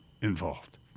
involved